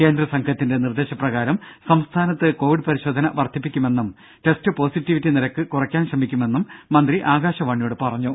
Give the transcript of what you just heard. കേന്ദ്രസംഘത്തിന്റെ നിർദേശപ്രകാരം സംസ്ഥാനത്ത് കൊവിഡ് പരിശോധന വർധിപ്പിക്കുമെന്നും ടെസ്റ്റ് പോസിറ്റിവിറ്റി നിരക്ക് കുറയ്ക്കാൻ ശ്രമിക്കുമെന്നും മന്ത്രി ആകാശവാണിയോട് പറഞ്ഞു